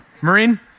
Marine